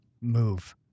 move